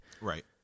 right